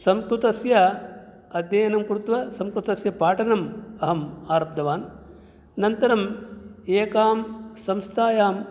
संस्कृतस्य अध्ययनं कृत्वा संस्कृतस्य पाठनं अहम् आरब्धवान् अनन्तरम् एकां संस्थायां